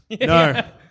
No